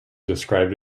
described